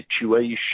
situation